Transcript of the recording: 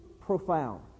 Profound